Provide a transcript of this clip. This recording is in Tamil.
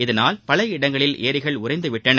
இதனால் பல இடங்கிளல் ஏரிகள் உறைந்து விட்டன